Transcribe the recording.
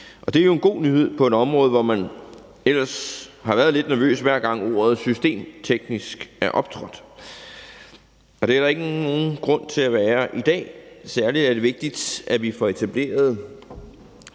Det er jo en god nyhed på et område, hvor man ellers har været lidt nervøs, hver gang ordet systemteknisk er optrådt. Det er der ikke nogen grund til at være i dag. Særlig er det vigtigt, at vi får etableret